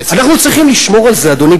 אנחנו צריכים לשמור על זה, אדוני.